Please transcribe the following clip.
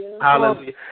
Hallelujah